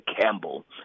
Campbell